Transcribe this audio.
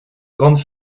grandes